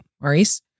Maurice